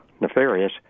nefarious